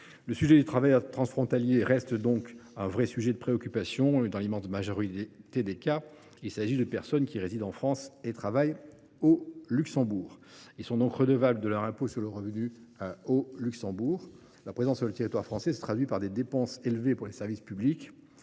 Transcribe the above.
des travailleurs transfrontaliers reste néanmoins un sujet de préoccupation. Dans l’immense majorité des cas, il s’agit de personnes qui résident en France et travaillent au Luxembourg. Ils sont donc redevables de leur impôt sur le revenu au Luxembourg. Leur présence sur le territoire français se traduit par des dépenses élevées pour les services publics,